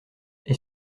est